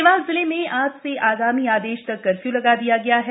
देवास जिले में आज से आगामी आदेश तक कर्फ्यू लगा दिया गया है